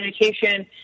education